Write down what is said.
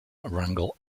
wrangel